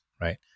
right